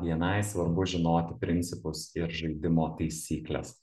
bni svarbu žinoti principus ir žaidimo taisykles